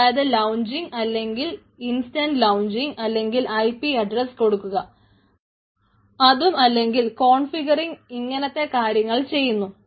അതായത് ലൌഞ്ചിങ്ങ് അല്ലെങ്കിൽ instant launching അല്ലെങ്കിൽ ഐപി അഡ്രസ്സ് കൊടുക്കുക അതും അല്ലെങ്കിൽ കോൺഫിഗറിങ്ങ് ഇങ്ങനത്തെ കാര്യങ്ങൾ ചെയ്യുന്നു